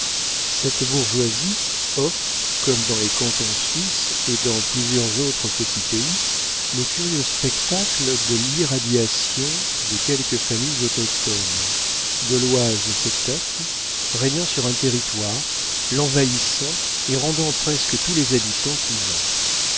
cette bourgeoisie offre comme dans les cantons suisses et dans plusieurs autres petits pays le curieux spectacle de l'irradiation de quelques familles autochthones gauloises peut-être régnant sur un territoire l'envahissant et rendant presque tous les habitants cousins